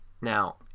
Now